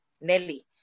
Nelly